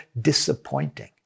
disappointing